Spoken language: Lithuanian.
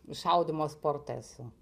šaudymo sporte esu